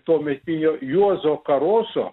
tuometinio juozo karoso